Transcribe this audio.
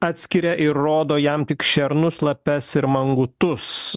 atskiria ir rodo jam tik šernus lapes ir mangutus